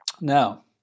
Now